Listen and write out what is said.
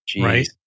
Right